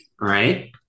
right